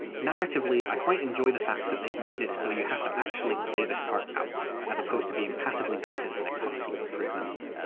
narratively, i quite enjoy the fact that they've made it so you have to actually play this part out, as opposed to being passively beaten in a cutscene, for example.